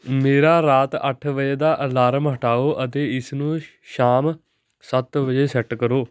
ਮੇਰਾ ਰਾਤ ਅੱਠ ਵਜੇ ਦਾ ਅਲਾਰਮ ਹਟਾਓ ਅਤੇ ਇਸਨੂੰ ਸ਼ਾਮ ਸੱਤ ਵਜੇ ਸੈੱਟ ਕਰੋ